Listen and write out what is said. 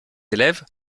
élèves